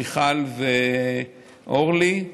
מיכל ואורלי,